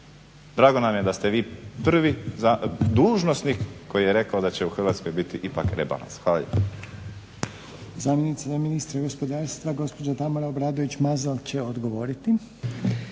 drago nam je da ste vi prvi dužnosnik koji je rekao da će u Hrvatskoj biti ipak rebalans. Hvala